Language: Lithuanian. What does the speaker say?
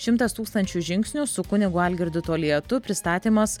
šimtas tūkstančių žingsnių su kunigu algirdu toliatu pristatymas